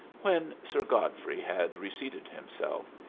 when sir godfrey had reseated himself,